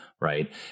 Right